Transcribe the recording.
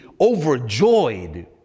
overjoyed